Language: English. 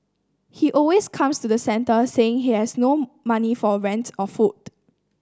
he always comes to the centre saying he has no money for rent or food